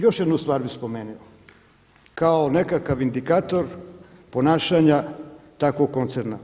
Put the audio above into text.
Još jednu stvar bih spomenuo, kao nekakav indikator ponašanja takvog koncerna.